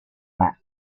maps